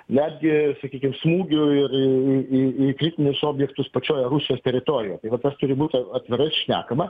netgi sakykim smūgiu ir į į į kritinius objektus pačioj rusijos teritorija tai va tas turi būti a atvirai šnekama